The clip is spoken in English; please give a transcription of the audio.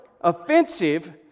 offensive